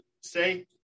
say